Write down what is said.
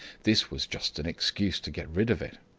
this was just an excuse to get rid of it.